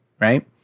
right